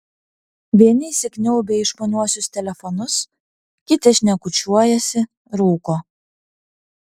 vieni įsikniaubę į išmaniuosius telefonus kiti šnekučiuojasi rūko